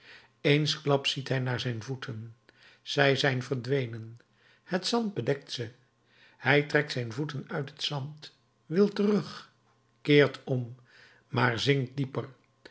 eensklaps ziet hij naar zijn voeten zij zijn verdwenen het zand bedekt ze hij trekt zijn voeten uit het zand wil terug keert om maar zinkt dieper